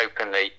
openly